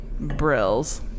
Brills